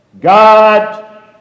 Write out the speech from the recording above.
God